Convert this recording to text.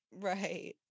right